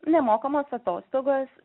nemokamos atostogos